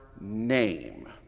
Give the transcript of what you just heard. name